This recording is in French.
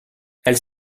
elle